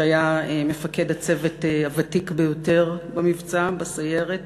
שהיה מפקד הצוות הוותיק ביותר במבצע בסיירת,